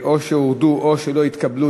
לסעיף 1 או שהורדו או שלא התקבלו.